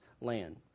land